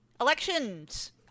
elections